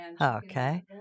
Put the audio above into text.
Okay